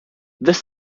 this